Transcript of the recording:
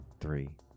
Three